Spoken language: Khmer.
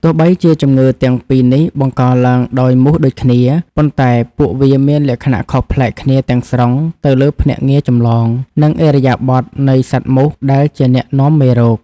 ទោះបីជាជំងឺទាំងពីរនេះបង្កឡើងដោយមូសដូចគ្នា ប៉ុន្តែពួកវាមានលក្ខណៈខុសប្លែកគ្នាទាំងស្រុងទៅលើភ្នាក់ងារចម្លង និងឥរិយាបថនៃសត្វមូសដែលជាអ្នកនាំមេរោគ។